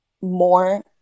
more